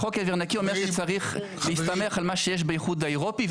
החוק אוויר נקי אומר שצריך להסתמך על מה שיש באיחוד האירופי.